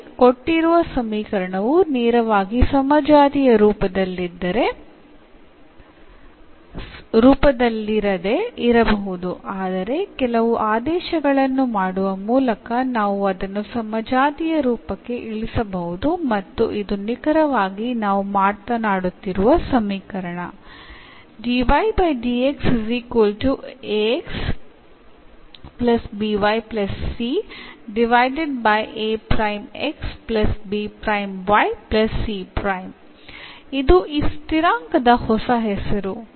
ಮತ್ತೆ ಕೊಟ್ಟಿರುವ ಸಮೀಕರಣವು ನೇರವಾಗಿ ಸಮಜಾತೀಯ ರೂಪದಲ್ಲಿರದೆ ಇರಬಹುದು ಆದರೆ ಕೆಲವು ಆದೇಶಗಳನ್ನು ಮಾಡುವ ಮೂಲಕ ನಾವು ಅದನ್ನು ಸಮಜಾತಿಯ ರೂಪಕ್ಕೆ ಇಳಿಸಬಹುದು ಮತ್ತು ಇದು ನಿಖರವಾಗಿ ನಾವು ಮಾತನಾಡುತ್ತಿರುವ ಸಮೀಕರಣ ಇದು ಈ ಸ್ಥಿರಾಂಕದ ಹೊಸ ಹೆಸರು